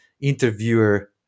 interviewer